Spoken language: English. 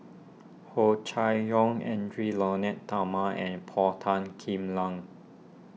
Hua Chai Yong Edwy Lyonet Talma and Paul Tan Kim Lang